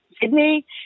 Sydney